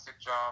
job